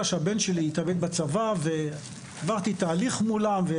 שהבן שלי התאבד בצבא ועברתי תהליך מולם.